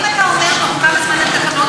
אם אתה אומר בתוך כמה זמן התקנות יאושרו,